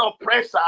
oppressor